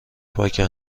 پاکن